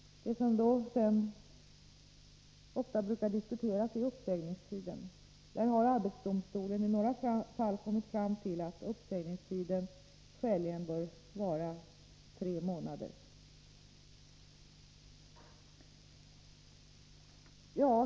Det som i sammanhanget ofta brukar diskuteras är uppsägningstiden. AD har i några fall kommit fram till att den skäligen bör vara tre månader.